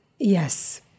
Yes